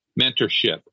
mentorship